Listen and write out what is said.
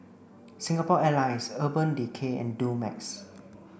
Singapore Airlines Urban Decay and Dumex